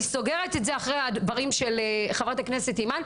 אני סוגרת את זה אחרי הדברים של חה"כ אימאן,